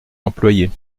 employés